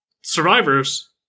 survivors